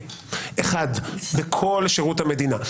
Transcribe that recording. אחד בכל שירות המדינה.